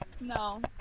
No